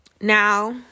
now